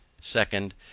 Second